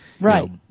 Right